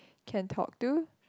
can talk to